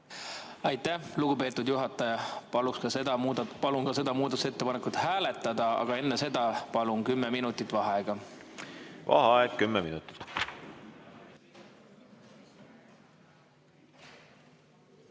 Aitäh, lugupeetud juhataja! Palun ka seda muudatusettepanekut hääletada, aga enne seda palun kümme minutit vaheaega. Aitäh,